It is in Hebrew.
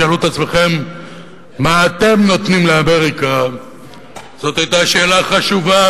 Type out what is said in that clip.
שאלו את עצמכם מה אתם נותנים לאמריקה זאת היתה שאלה חשובה,